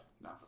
No